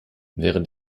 während